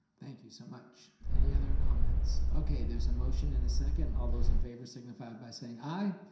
thank you so much, any other comments? okay there's a motion and a second, all those in favor signify by saying aye?